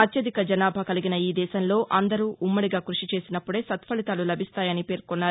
అత్యధిక జనాభా కలిగిన ఈ దేశంలో అందరూ ఉమ్మడిగా కృషి చేసినప్పుడే సత్పలితాలు లభిస్తాయని అన్నారు